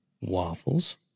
waffles